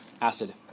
acid